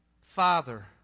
Father